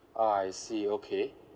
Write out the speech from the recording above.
ah I see okay